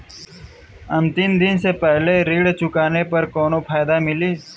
अंतिम दिन से पहले ऋण चुकाने पर कौनो फायदा मिली?